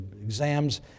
exams